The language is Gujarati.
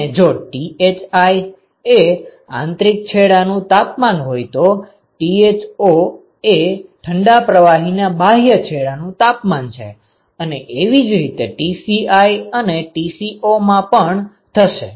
અને જો Thi એ આંતરિક છેડાનું તાપમાન હોય તો Tho એ ઠંડા પ્રવાહીના બાહ્ય છેડાનું તાપમાન છે અને આવી જ રીતે Tci અને Tco માં પણ થશે